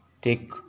take